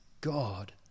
God